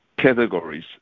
categories